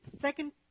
second